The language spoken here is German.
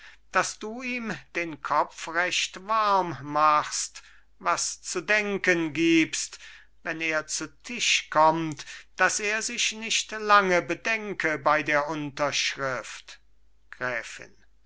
daß du ihm den kopf recht warm machst was zu denken gibst wenn er zu tisch kommt daß er sich nicht lange bedenke bei der unterschrift gräfin